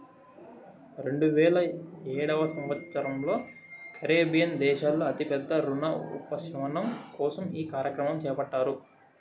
రెండువేల ఏడవ సంవచ్చరంలో కరేబియన్ దేశాల్లో అతి పెద్ద రుణ ఉపశమనం కోసం ఈ కార్యక్రమం చేపట్టారు